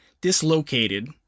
dislocated